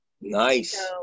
nice